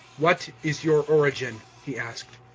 what is your origin? he asked.